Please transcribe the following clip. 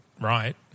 right